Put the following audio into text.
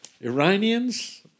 Iranians